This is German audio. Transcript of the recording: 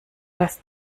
das